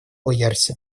ойярсе